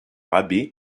abbé